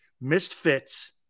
misfits